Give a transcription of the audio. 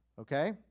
Okay